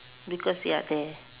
because we are there